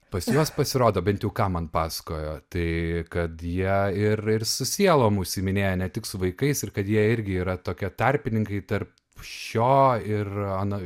pas juos pasirodo bent jau ką man pasakojo tai kad jie ir ir su sielom užsiiminėja ne tik su vaikais ir kad jie irgi yra tokie tarpininkai tarp šio ir ano